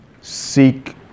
seek